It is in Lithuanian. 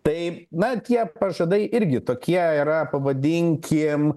tai na tie pažadai irgi tokie yra pavadinkim